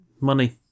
money